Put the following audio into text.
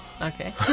Okay